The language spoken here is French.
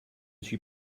suis